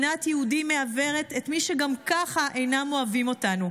שנאת יהודים מעוורת את מי שגם ככה אינם אוהבים אותנו,